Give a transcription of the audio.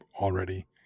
already